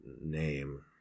name